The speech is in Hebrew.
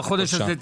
על כל מה שנלווה,